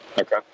Okay